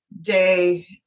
day